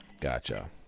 Gotcha